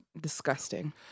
Disgusting